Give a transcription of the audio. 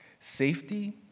safety